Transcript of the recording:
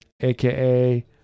aka